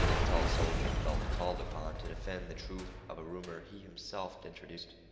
the tall soldier felt called upon to defend the truth of a rumor he himself had introduced.